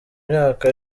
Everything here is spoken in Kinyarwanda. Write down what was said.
myaka